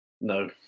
no